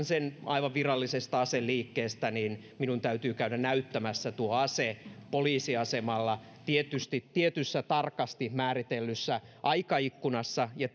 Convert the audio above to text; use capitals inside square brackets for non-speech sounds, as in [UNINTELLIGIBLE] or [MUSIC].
[UNINTELLIGIBLE] sen aivan virallisesta aseliikkeestä niin minun täytyy käydä näyttämässä tuo ase poliisiasemalla tietyssä tarkasti määritellyssä aikaikkunassa ja [UNINTELLIGIBLE]